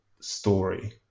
story